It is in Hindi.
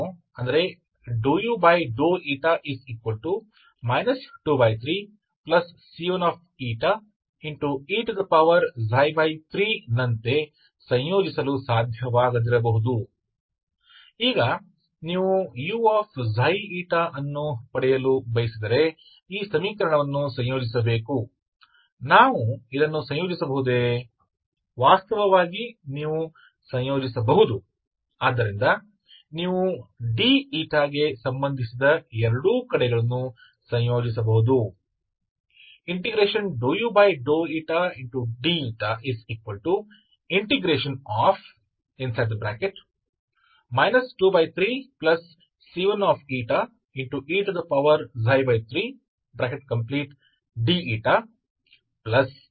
तो u u 23C1e3 लेकिन यह एक है लेकिन यह नहीं हो सकता है आप इसे एकीकृत करने में सक्षम नहीं हो सकते हैं जैसे ∂u 23C1e3इसलिए यह सब समीकरण है इसलिए यदि आप uξη प्राप्त करना चाहते हैं तो आपको इस समीकरण को एकीकृत करना होगा क्या हम इसे एकीकृत कर सकते हैं